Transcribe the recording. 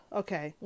okay